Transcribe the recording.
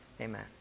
Amen